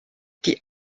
die